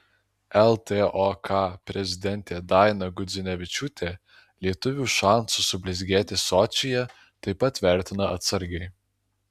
ltok prezidentė daina gudzinevičiūtė lietuvių šansus sublizgėti sočyje taip pat vertina atsargiai